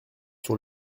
sur